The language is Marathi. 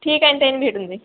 ठीक आहे न तेईन भेटून जे